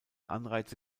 anreize